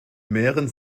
mehren